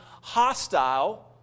hostile